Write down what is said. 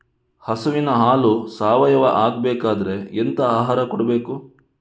ಹಸುವಿನ ಹಾಲು ಸಾವಯಾವ ಆಗ್ಬೇಕಾದ್ರೆ ಎಂತ ಆಹಾರ ಕೊಡಬೇಕು?